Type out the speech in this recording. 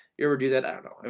you ever do that? i don't know.